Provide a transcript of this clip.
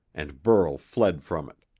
and burl fled from it.